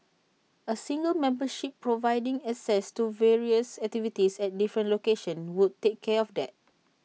A single membership providing access to various activities at different locations would take care of that